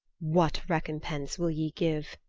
what recompense will ye give?